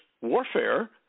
warfare